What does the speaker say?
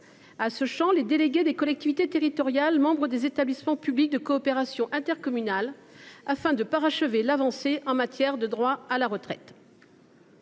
à ce champ les délégués des collectivités territoriales membres des établissements publics de coopération intercommunale (EPCI) afin de parachever l’avancée en matière de droits à la retraite.